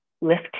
lift